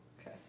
okay